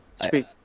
Speak